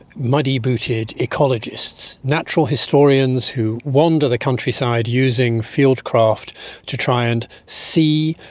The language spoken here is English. muddy-booted ecologists, natural historians who wander the countryside, using field-craft to try and see,